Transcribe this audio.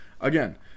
Again